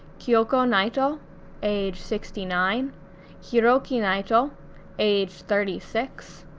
kyoko naito age sixty nine hiroki naito age thirty six,